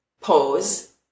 pose